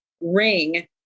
Ring